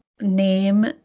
name